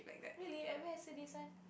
really at where